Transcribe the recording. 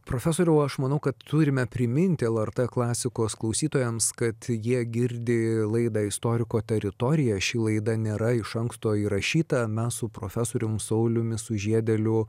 profesoriau aš manau kad turime priminti lrt klasikos klausytojams kad jie girdi laidą istoriko teritorija ši laida nėra iš anksto įrašyta mes su profesorium sauliumi sužiedėliu